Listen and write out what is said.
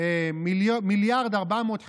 1.45 מיליארד,